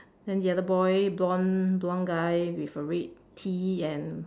then the other boy blonde blonde guy with a red T and